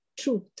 truth